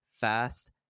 fast